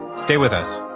stay with us.